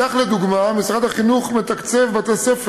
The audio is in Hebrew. כך, לדוגמה, משרד החינוך מתקצב בתי-ספר